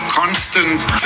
constant